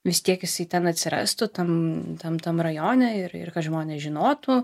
vis tiek jisai ten atsirastų tam tam rajone ir ir kad žmonės žinotų